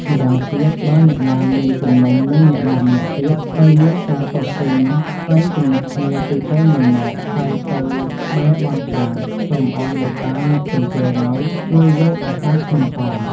ម៉្យាងទៀតបើអ្នកណា មានគំនុំនឹងអ្នកណាម្នាក់ទៀត ដោយមានការទាស់ទែងទែងខ្វែងគំនិតគ្នាពីពេលមុនមក ហើយទៅបែរបន់ថា សុំឲ្យលោកអ្នកតាជំទាវ ម៉ៅ ជួយយកអាសាខ្ញុំផង